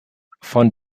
von